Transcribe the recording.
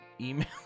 email